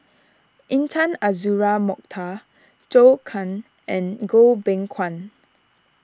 Intan Azura Mokhtar Zhou Can and Goh Beng Kwan